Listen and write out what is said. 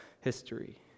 history